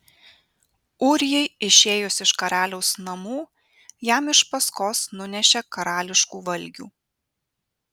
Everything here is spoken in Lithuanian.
ūrijai išėjus iš karaliaus namų jam iš paskos nunešė karališkų valgių